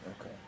okay